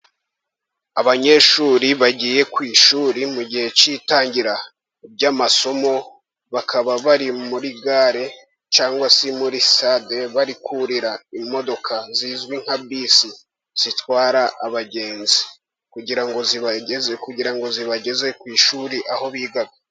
Abanyeshuri bagiye ku ishuri mu gihe cy'itangira ry'amasomo, bakaba bari muri gare cyangwa se muri sitade bari kurira imodoka zizwi nka bisi zitwara abagenzi, kugira ngo zibageze ku ishuri aho biga.